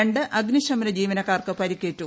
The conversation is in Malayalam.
രണ്ട് അഗ്നി ശമന ജീവനക്കാർക്ക് പരിക്കേറ്റു